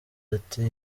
ati